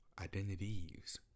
identities